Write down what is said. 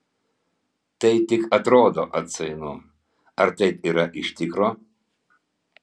tai tik atrodo atsainu ar taip yra iš tikro